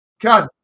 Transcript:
God